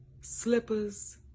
slippers